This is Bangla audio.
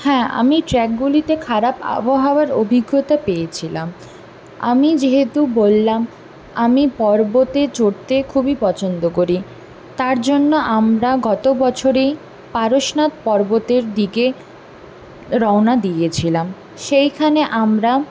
হ্যাঁ আমি ট্র্যাকগুলিতে খারাপ আবহাওয়ার অভিজ্ঞতা পেয়েছিলাম আমি যেহেতু বললাম আমি পর্বতে চড়তে খুবই পছন্দ করি তার জন্য আমরা গত বছরেই পারশনাথ পর্বতের দিকে রওনা দিয়েছিলাম সেইখানে আমরা